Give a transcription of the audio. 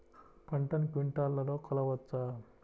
పంటను క్వింటాల్లలో కొలవచ్చా?